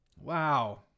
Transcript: Wow